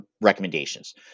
recommendations